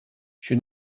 she